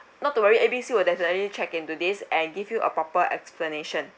not to worry A B C will definitely check into this and give you a proper explanation